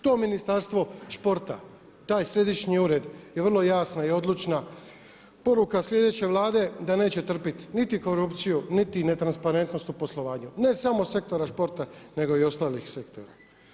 To Ministarstvo sporta, taj središnji ured je vrlo jasna i odlučna poruka sljedeće Vlade da neće trpiti niti korupciju, niti ne transparentnost u poslovanju ne samo sektora sporta nego i ostalih sektora.